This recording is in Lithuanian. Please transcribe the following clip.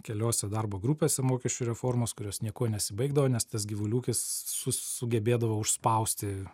keliose darbo grupėse mokesčių reformos kurios niekuo nesibaigdavo nes tas gyvulių ūkis sus sugebėdavo užspausti